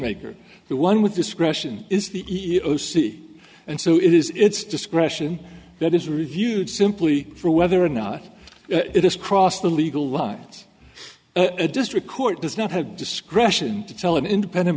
maker the one with discretion is the o c and so it is its discretion that is reviewed simply for whether or not it has crossed the legal lines a district court does not have discretion to tell an independent